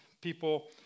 people